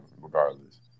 regardless